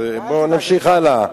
אז בואו ונמשיך הלאה.